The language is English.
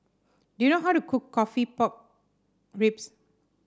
do you know how to cook coffee Pork Ribs